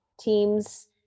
teams